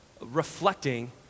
reflecting